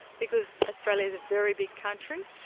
because australia is a very big country,